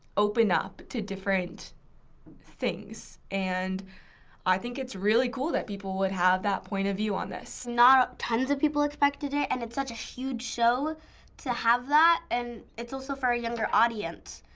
open up to different things and i think it's really cool that people would have that point of view on this. not tons of people expected it and it's such a huge show to have that and it's also for a younger audience,